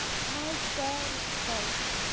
my bed is a boat